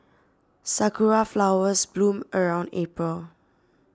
sakura flowers bloom around April